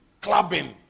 Clubbing